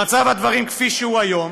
במצב הדברים כפי שהוא היום